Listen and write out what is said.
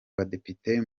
badepite